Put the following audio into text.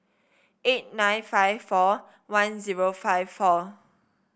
eight nine five four one zero five four